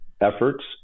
efforts